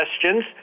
questions